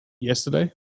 yesterday